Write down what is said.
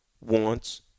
wants